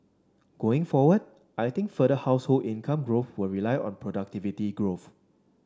going forward I think further household income growth will rely on productivity growth